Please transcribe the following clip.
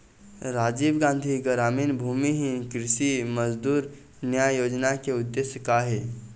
राजीव गांधी गरामीन भूमिहीन कृषि मजदूर न्याय योजना के उद्देश्य का हे?